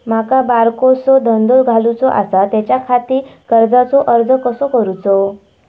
माका बारकोसो धंदो घालुचो आसा त्याच्याखाती कर्जाचो अर्ज कसो करूचो?